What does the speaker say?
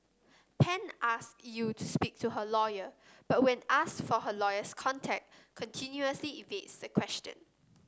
Pan asked Yew to speak to her lawyer but when asked for her lawyer's contact continuously evades the question